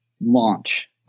launch